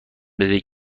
بدهید